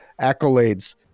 Accolades